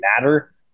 matter